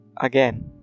Again